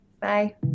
Bye